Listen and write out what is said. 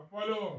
Follow